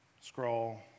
Scroll